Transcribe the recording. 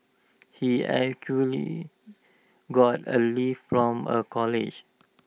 he got A lift from A colleague